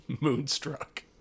Moonstruck